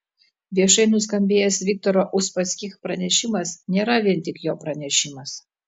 viešai nuskambėjęs viktoro uspaskich pranešimas nėra vien tik jo pranešimas